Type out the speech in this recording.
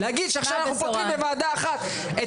להגיד שעכשיו פותרים בוועדה אחת,